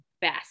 best